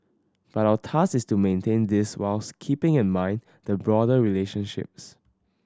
but our task is to maintain this whilst keeping in mind the broader relationships